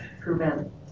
prevent